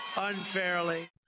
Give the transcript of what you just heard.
unfairly